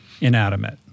inanimate